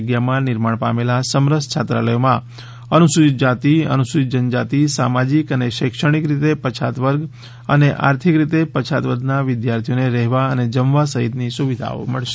જગ્યામાં નિર્માણ પામેલા સમરસ છાત્રાલયોમાં અનુસુચિત જાતિ અનુસુચિત જનજાતિ સામાજિક અને શૈક્ષણિક રીતે પછાત વર્ગ અને આર્થિક રીતે પછાત વર્ગના વિદ્યાર્થીઓને રહેવા અને જમવા સહિતની સુવિધાઓ મળશે